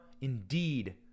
indeed